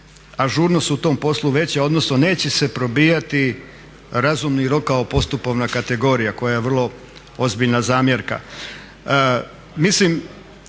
ažurnost u tom poslu veća, odnosno neće se probijati razumni rok kao postupovna kategorija koja je vrlo ozbiljna zamjerka.